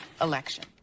election